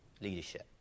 leadership